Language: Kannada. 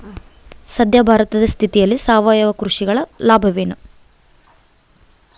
ಸದ್ಯ ಭಾರತದ ಸ್ಥಿತಿಯಲ್ಲಿ ಸಾವಯವ ಕೃಷಿಯ ಲಾಭಗಳೇನು?